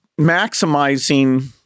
maximizing